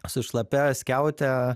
su šlapia skiaute